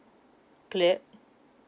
cleared